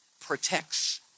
protects